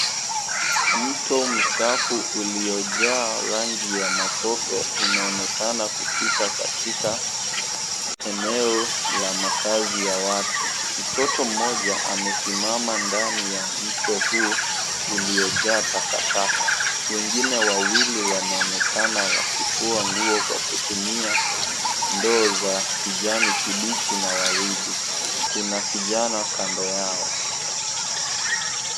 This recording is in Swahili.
Mto mchafu uliojaa rangi ya matope unaonekana kupita katika eneo la makazi ya watu. Mtoto mmoja amesimama ndani ya mto huu uliojaa taka taka. Wengine wawili wanaonekana wakifua nguo kwa kutumia ndoo za kijani kibichi na waridi. Kuna kijana kando yao.